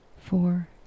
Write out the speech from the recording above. four